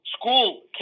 school